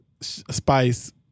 Spice